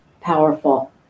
powerful